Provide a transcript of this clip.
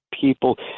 people